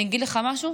אני אגיד לך משהו,